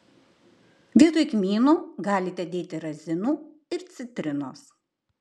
vietoj kmynų galite dėti razinų ir citrinos